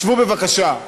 שבו, בבקשה.